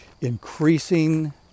increasing